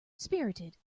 spirited